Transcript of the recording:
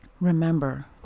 remember